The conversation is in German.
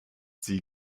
sie